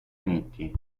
uniti